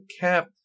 cap